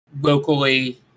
locally